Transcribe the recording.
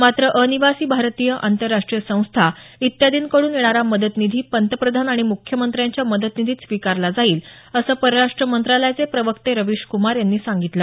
मात्र अनिवासी भारतीय आंतरराष्टीय संस्था इत्यादींकड्रन येणारा मदतनिधी पंतप्रधान आणि मुख्यमंत्र्यांच्या मदतनिधीत स्वीकारला जाईल असं परराष्ट मंत्रालयाचे प्रवक्ते रवीश कुमार यांनी सांगितलं